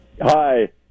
Hi